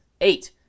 Eight